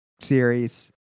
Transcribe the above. series